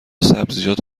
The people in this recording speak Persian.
سبزیجات